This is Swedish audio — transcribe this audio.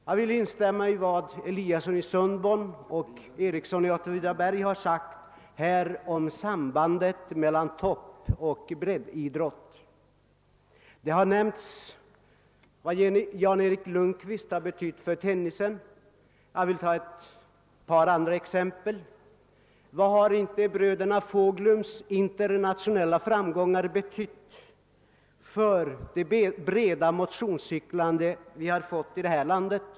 Jag vill instämma i vad herr Eliasson i Sundborn och herr Ericsson i Åtvidaberg här har sagt om sambandet mellan toppoch breddidrott. Jan-Erik Lundqvists betydelse för tennisen har framhållits. Låt mig nämna ett par andra exempel. Vad har inte bröderna Fåglums internationella framgångar betytt för det breda motionscyklande vi har fått i landet?